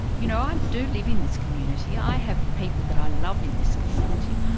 you know, i do live in this community, i have people that i love in this community,